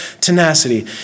tenacity